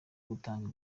gutanga